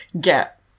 get